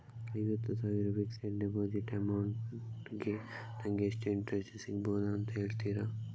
ಐವತ್ತು ಸಾವಿರ fixed deposit amount ಗೆ ನಂಗೆ ಎಷ್ಟು ಇಂಟ್ರೆಸ್ಟ್ ಸಿಗ್ಬಹುದು ಅಂತ ಹೇಳ್ತೀರಾ?